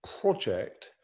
project